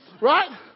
Right